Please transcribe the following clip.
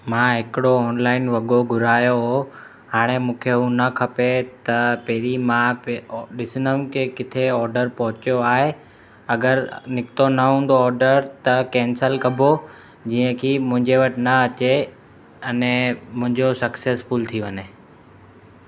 मां हिकिड़ो ऑनलाइन वॻो घुरायो हो हाणे मूंखे हू न खपे त पहिरी मां प ॾिसंदमि की किथे ऑडर पहुचियो आहे अगरि निकितो न हूंदो ऑडर त केंसिल कबो जीअं की मुंहिंजे वटि न अचे अने मुंहिंजो सक्सेसफ़ुल थी वञे